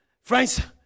friends